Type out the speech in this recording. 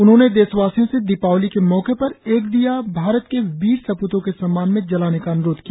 उन्होंने देशवासियों से दीपावली के मौके पर एक दीया भारत के बीर सपूतों के सम्मान में जलाने का अन्रोध किया